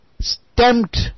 stamped